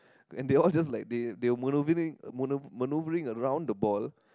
and they all just like they they were maneuvering maneuvering around the ball